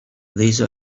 these